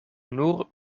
nur